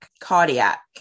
cardiac